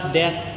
death